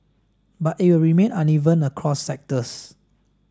but it will remain uneven across sectors